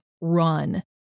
Run